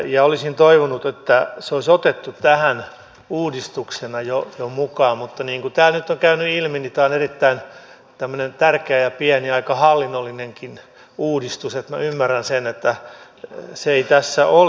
ja olisin toivonut että se olisi otettu tähän uudistuksena jo mukaan mutta niin kuin täällä nyt on käynyt ilmi niin tämä on erittäin tärkeä ja pieni aika hallinnollinenkin uudistus joten minä ymmärrän sen että se ei tässä ole